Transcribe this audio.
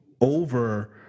over